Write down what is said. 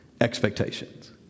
expectations